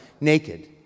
naked